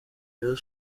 rayon